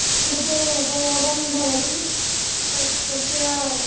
कृते उपयोगः भवति तत् तस्य